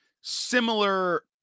similar